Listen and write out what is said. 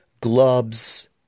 gloves